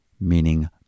meaning